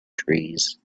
trees